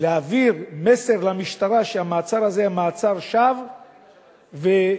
להעביר מסר למשטרה שהמעצר הזה היה מעצר שווא ונוזפים